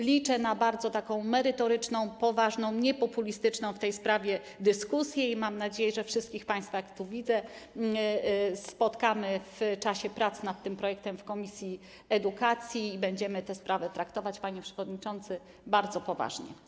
Liczę na bardzo merytoryczną, poważną, niepopulistyczną w tej sprawie dyskusję i mam nadzieję, że wszystkich państwa, jak tu widzę, spotkamy w czasie prac nad tym projektem w komisji edukacji i będziemy te sprawy traktować, panie przewodniczący, bardzo poważnie.